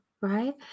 Right